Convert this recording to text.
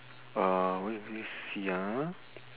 uh let me see ah